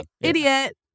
Idiot